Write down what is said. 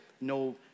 no